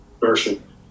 version